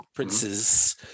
princes